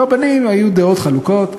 אצל הרבנים היו דעות חלוקות,